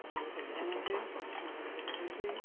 ପଢ଼ିବାକୁ ଯାଉନାହାନ୍ତି ମୋବାଇଲ୍ ଦେଖୁଛନ୍ତି